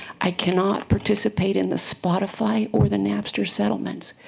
i cannot participate in the spotify or the napster settlements,